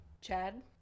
Chad